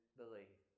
believe